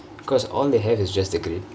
because all they have is just a grade